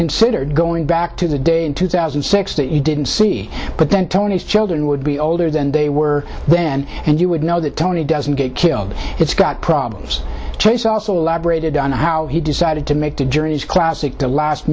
considered going back to the day in two thousand and six that you didn't see but then tony's children would be older than they were then and you would know that tony doesn't get killed it's got problems chase also elaborated on how he decided to make the journey's classic the last